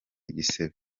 igisebe